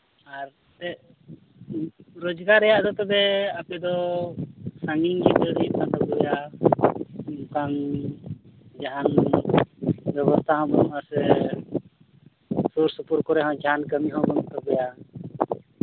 ᱟᱨ ᱪᱮᱫ ᱨᱳᱡᱽᱜᱟᱨ ᱨᱮᱭᱟᱜ ᱫᱚ ᱛᱚᱵᱮ ᱟᱯᱮ ᱫᱚ ᱥᱟᱺᱜᱤᱧ ᱜᱮ ᱫᱟᱹᱲ ᱦᱩᱭᱩᱜ ᱠᱟᱱ ᱛᱟᱯᱮᱭᱟ ᱚᱱᱠᱟᱱ ᱡᱟᱦᱟᱱ ᱵᱮᱵᱚᱥᱛᱷᱟ ᱦᱚᱸ ᱵᱟᱹᱱᱩᱜᱼᱟᱥᱮ ᱥᱩᱨᱼᱥᱩᱯᱩᱨ ᱠᱚᱨᱮᱫ ᱡᱟᱦᱟᱱ ᱠᱟᱹᱢᱤ ᱦᱚᱸ ᱵᱟᱹᱱᱩᱜ ᱛᱟᱯᱮᱭᱟ